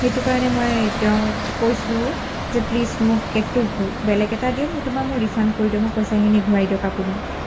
সেইটো কাৰণে মই তেওঁক কৈছোঁ যে প্লিজ মোক কেকটো ঘূ বেলেগ এটা দিয়ক নতুবা মোক ৰিফাণ্ড কৰি দিয়ক মোক পইচাখিনি ঘূৰাই দিয়ক আপুনি